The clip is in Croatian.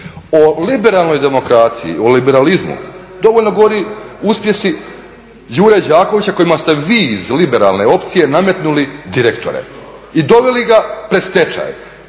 o liberalnoj demokraciji, o liberalizmu dovoljno govore uspjesi Đure Đakovića kojima ste vi iz liberalne opcije nametnuli direktore i doveli ga pred stečaj.